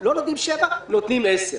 לא נותנים שבעה ימים נותנים עשרה.